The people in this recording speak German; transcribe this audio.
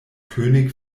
könig